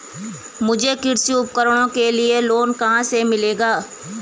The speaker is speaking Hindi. मुझे कृषि उपकरणों के लिए लोन कहाँ से मिलेगा?